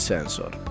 Sensor